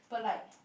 but like